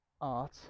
art